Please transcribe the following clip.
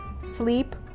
sleep